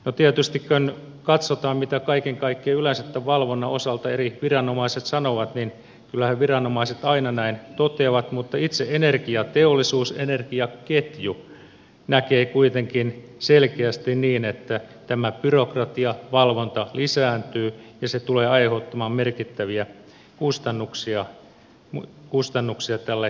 tietysti kun katsotaan mitä kaiken kaikkiaan yleensä valvonnan osalta eri viranomaiset sanovat niin kyllähän viranomaiset aina näin toteavat mutta itse energiateollisuus energiaketju näkee kuitenkin selkeästi niin että byrokratiavalvonta lisääntyy ja se tulee aiheuttamaan merkittäviä kustannuksia tälle toimijasektorille